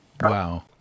Wow